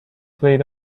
played